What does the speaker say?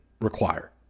require